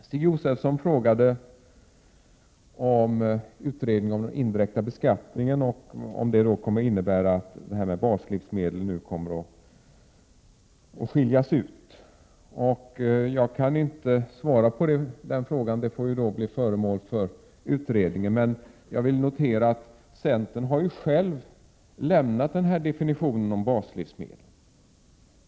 Stig Josefson hade frågor beträffande utredningen om indirekt beskattning. Han undrade om baslivsmedel kommer att skiljas ut. Jag kan inte svara på den frågan, eftersom den får behandlas av utredningen. Man jag noterar att centern har lämnat definitionen av baslivsmedel.